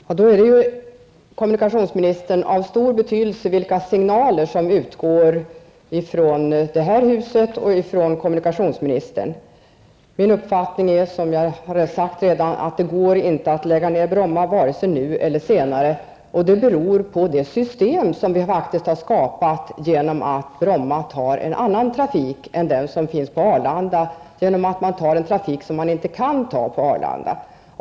Fru talman! Då är det ju, kommunikationsministern, av stor betydelse vilka signaler som utgår från det här huset och från kommunikationsministern. Min uppfattning är, som jag redan sagt, att det inte går att lägga ned Bromma flygplats, varken nu eller senare. Det beror på det system som vi faktiskt har skapat genom att Bromma tar en annan trafik än den som finns på Arlanda. Bromma tar en trafik som man inte kan ta på Arlanda.